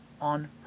on